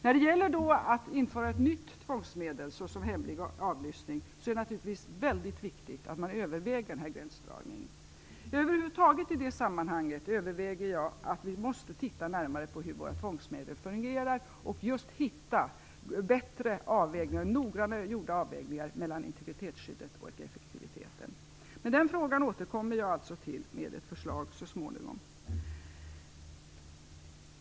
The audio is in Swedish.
När det gäller att införa ett nytt tvångsmedel, så som hemlig avlyssning, är det naturligtvis väldigt viktigt att man överväger gränsdragningen. I det sammanhanget överväger jag att vi måste titta närmare på hur våra tvångsmedel fungerar och hitta bättre och noggranna avvägningar mellan integritetsskyddet och effektiviteten. Den frågan återkommer jag alltså till med ett förslag så småningom.